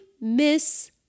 miss